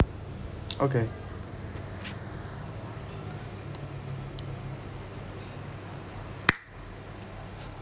okay